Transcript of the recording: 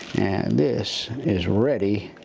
and this is ready.